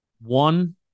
One